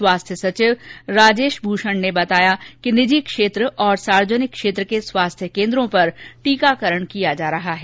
स्वास्थ्य सचिव राजेश भूषण ने बताया कि निजी क्षेत्र और सार्वजनिक क्षेत्र के स्वास्थ्य केन्द्रों पर टीकाकरण किया जा रहा है